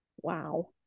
wow